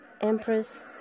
Empress